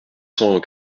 cent